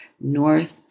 north